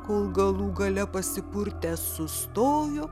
kol galų gale pasipurtęs sustojo